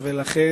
לכן,